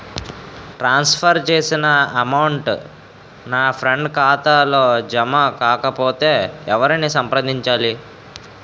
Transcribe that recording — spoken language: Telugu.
ట్రాన్స్ ఫర్ చేసిన అమౌంట్ నా ఫ్రెండ్ ఖాతాలో జమ కాకపొతే ఎవరిని సంప్రదించాలి?